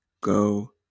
go